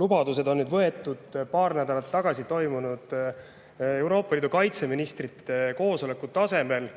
Lubadused on nüüd võetud paar nädalat tagasi toimunud Euroopa Liidu kaitseministrite koosoleku tasemel